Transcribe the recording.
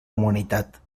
humanitat